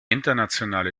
internationale